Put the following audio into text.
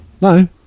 no